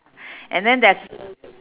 and then there's